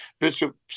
Bishop